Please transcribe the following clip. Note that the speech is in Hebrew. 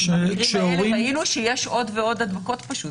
כי במקרים האלה ראינו שיש עוד ועוד הדבקות פשוט